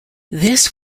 this